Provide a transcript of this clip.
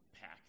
pack